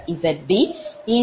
2916 0